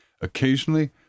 Occasionally